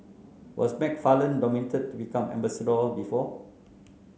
was McFarland nominated to become ambassador before